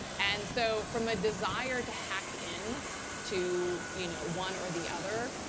and so from a desire to hack in to you know one or the other,